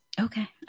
okay